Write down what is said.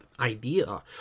idea